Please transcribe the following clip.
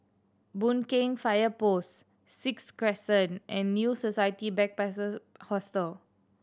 Boon Keng Fire Post Sixth Crescent and New Society Hostel